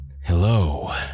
hello